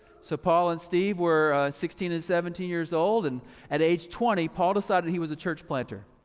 so paul and steve were sixteen and seventeen years old, and at age twenty, paul decided he was a church planter.